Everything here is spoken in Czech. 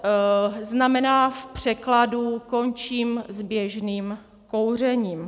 IQOS znamená v překladu: končím s běžným kouřením.